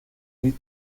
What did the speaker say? louis